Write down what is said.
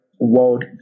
World